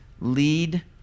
lead